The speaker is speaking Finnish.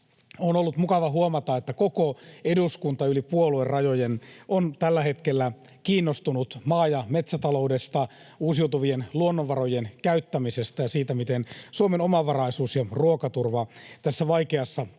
on ollut mukava huomata, että koko eduskunta yli puoluerajojen on tällä hetkellä kiinnostunut maa‑ ja metsätaloudesta, uusiutuvien luonnonvarojen käyttämisestä ja siitä, miten Suomen omavaraisuus ja ruokaturva tässä vaikeassa